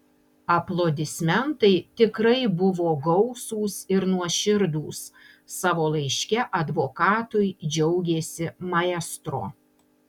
aplodismentai tikrai buvo gausūs ir nuoširdūs savo laiške advokatui džiaugėsi maestro